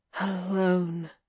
alone